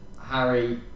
Harry